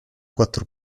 quattro